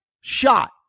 shot